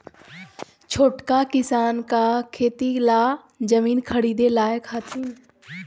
छोटका किसान का खेती ला जमीन ख़रीदे लायक हथीन?